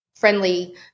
Friendly